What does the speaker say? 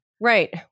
Right